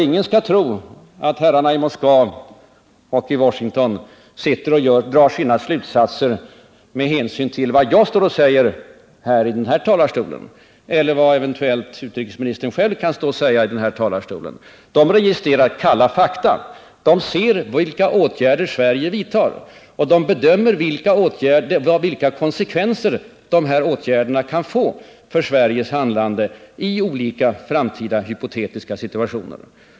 Ingen skall tro att herrarna i Moskva och Washington drar sina slutsatser med hänsyn till vad jag står och säger i riksdagens talarstol eller vad utrikesministern själv eventuellt står här och säger, utan de registrerar kalla fakta. De ser vilka åtgärder Sverige vidtar, och de bedömer vilka konsekvenser de åtgärderna kan få för Sveriges handlande i olika framtida hypotetiska situationer.